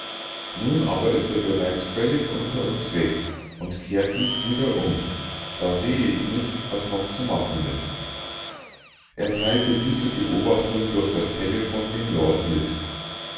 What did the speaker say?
nun aber ist er bereits völlig unter uns weg und kehrt nicht wieder um da sehe ich nicht was noch zu machen ist er teilte diese beobachtung durch das telephon dem lord mit